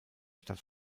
stadt